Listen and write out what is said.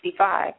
1965